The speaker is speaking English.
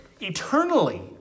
eternally